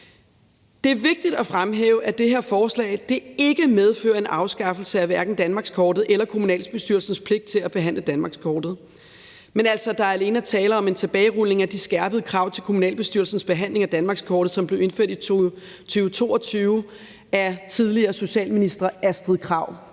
Det er vigtigt at fremhæve, at det her forslag ikke medfører en afskaffelse af hverken danmarkskortet eller kommunalbestyrelsens pligt til at behandle danmarkskortet, men at der altså alene er tale om en tilbagerulning af de skærpede krav til kommunalbestyrelsens behandling af danmarkskortet, som blev indført i 2022 af tidligere socialminister Astrid Krag.